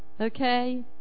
Okay